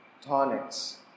tonics